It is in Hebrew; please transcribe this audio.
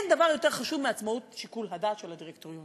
אין דבר יותר חשוב מעצמאות שיקול הדעת של הדירקטוריון.